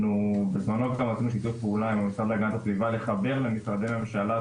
בזמנו עשינו שיתוף פעולה עם המשרד להגנת הסביבה לחבר למשרדי ממשלה,